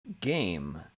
game